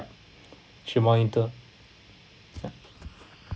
should monitor ya